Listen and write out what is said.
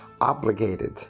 obligated